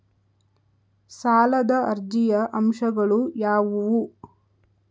ಸಾಲದ ಅರ್ಜಿಯ ಅಂಶಗಳು ಯಾವುವು?